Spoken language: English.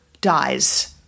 dies